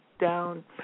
down